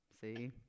See